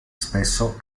spesso